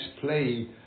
play